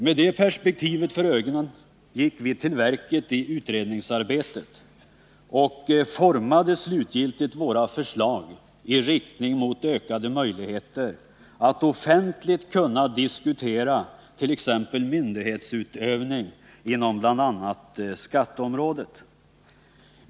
Med det perspektivet för ögonen gick vi till verket i utredningsarbetet och formade slutgiltigt våra förslag i riktning mot ökade möjligheter att offentligt diskutera t.ex. myndighetsutövningen inom bl.a. skatteområdet.